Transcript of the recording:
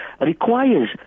requires